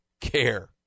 care